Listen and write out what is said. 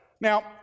Now